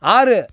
ஆறு